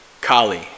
Kali